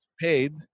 paid